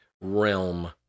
realm